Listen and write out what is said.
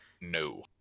No